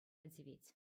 тивет